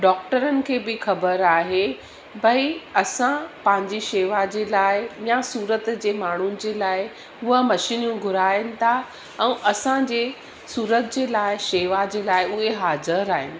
डॉक्टरनि खे बि ख़बर आहे भई असां पंहिंजी शेवा जे लाइ या सूरत जे माण्हुनि जे लाइ उहा मशीनियूं घुराइनि था ऐं असांजे सूरत जे लाइ शेवा जे लाइ उहे हाज़ुरु आहिनि